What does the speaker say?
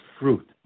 fruit